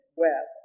web